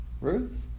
Ruth